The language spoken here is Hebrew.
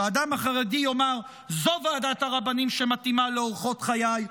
שהאדם החרדי יאמר: זאת ועדת הרבנים שמתאימה לאורחות חיי,